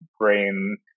brain